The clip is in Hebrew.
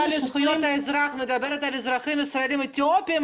לזכויות האזרח מדברת על אזרחים ישראלים ומכנה אותם אתיופים,